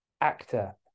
actor